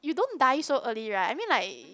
you don't die so early right I mean like